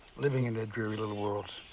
living in their dreary little worlds.